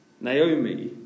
Naomi